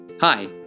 Hi